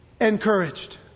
encouraged